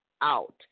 out